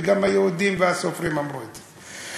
וגם היהודים והסופרים אמרו את זה.